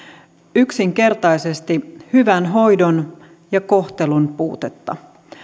yksinkertaisesti hyvän hoidon ja kohtelun puutetta